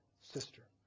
sister